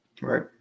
Right